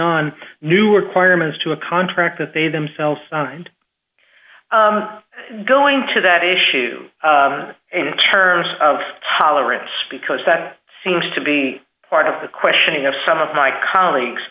on new requirements to a contract that they themselves signed going to that issue and in terms of tolerance because that seems to be part of the questioning of some of my colleagues